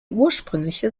ursprüngliche